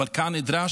אבל כאן נדרשת